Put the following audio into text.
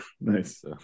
Nice